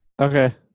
Okay